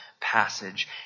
passage